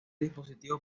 dispositivo